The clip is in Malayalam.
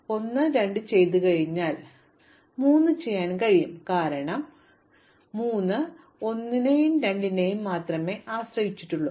ഇപ്പോൾ 1 ഉം 2 ഉം ചെയ്താൽ എനിക്ക് 3 ചെയ്യാൻ കഴിയും കാരണം 3 ന് 1 2 എന്നിവ മാത്രമേ ആശ്രയിച്ചിട്ടുള്ളൂ